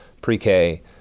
pre-K